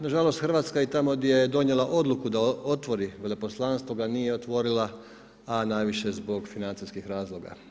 Nažalost Hrvatska i tamo gdje je donijela odluku da otvori veleposlanstvo ga nije otvorila, a najviše zbog financijskih razloga.